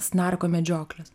snarko medžioklės